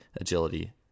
agility